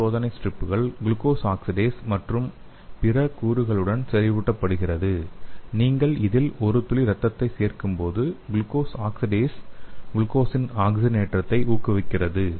இந்த சோதனை ஸ்ட்ரிப்கள் குளுக்கோஸ் ஆக்சிடேஸ் மற்றும் பிற கூறுகளுடன் செறிவூட்டப்படுகிறது நீங்கள் இதில் ஒரு துளி இரத்தத்தை சேர்க்கும்போது குளுக்கோஸ் ஆக்சிடேஸ் குளுக்கோஸின் ஆக்சிஜனேற்றத்தை ஊக்குவிக்கிறது